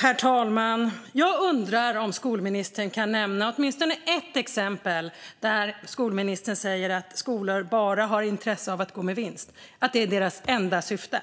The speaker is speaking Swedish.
Herr talman! Jag undrar om skolministern kan nämna åtminstone ett exempel där hon ser att skolor bara har intresse av att gå med vinst och att det är deras enda syfte.